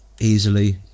easily